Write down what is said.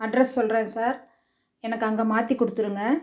address சொல்கிறேன் sir எனக்கு அங்கே மாற்றிக் கொடுத்துருங்க